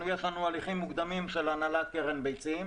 יש לנו הליכים מוקדמים של הנהלת קרן ביצים.